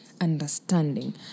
understanding